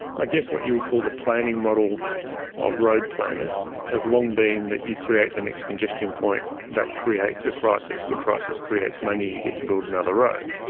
i guess what you would call the planning model of road planners has long been that you create the next congestion point that creates a crisis, the crisis creates money, you get to build another road.